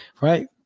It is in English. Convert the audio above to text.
right